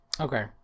okay